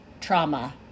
trauma